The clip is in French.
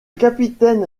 capitaine